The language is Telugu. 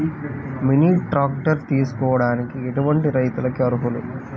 మినీ ట్రాక్టర్ తీసుకోవడానికి ఎటువంటి రైతులకి అర్హులు?